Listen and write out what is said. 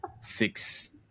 six